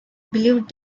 believed